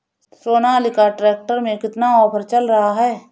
Sonalika tractor में कितना offer चल रहा है?